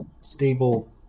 stable